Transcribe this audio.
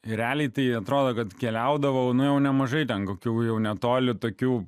ir realiai tai atrodo kad keliaudavau nu au nemažai ten kokių jau netoli tokių